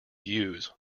use